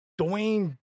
Dwayne